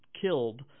killed